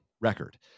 record